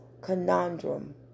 conundrum